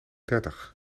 dertig